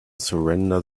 surrender